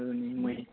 ꯑꯗꯨꯅꯤ ꯃꯣꯏ